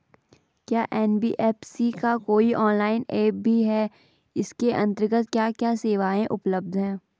क्या एन.बी.एफ.सी का कोई ऑनलाइन ऐप भी है इसके अन्तर्गत क्या क्या सेवाएँ उपलब्ध हैं?